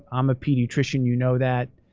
i'm a pediatrician, you know that.